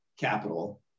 capital